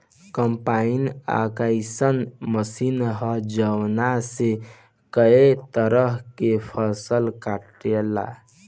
combine अइसन मशीन ह जवना से कए तरह के फसल कटाला